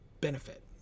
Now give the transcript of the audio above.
benefit